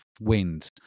wind